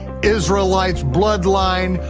israelites, bloodline,